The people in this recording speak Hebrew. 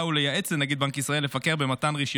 הכול כמפורט בחוק.